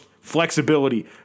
flexibility